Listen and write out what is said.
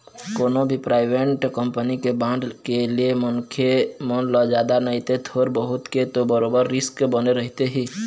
कोनो भी private company के बांड के ले म मनखे मन ल जादा नइते थोर बहुत के तो बरोबर रिस्क बने रहिथे ही